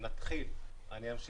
אני אמשיך.